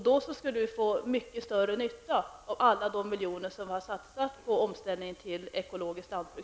Då skulle vi få mycket större nytta av alla de miljoner som tidigare har satsats på omställning till ekologiskt lantbruk.